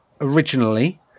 originally